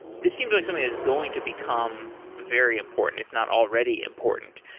this seems like something is going to become very important, if not already important.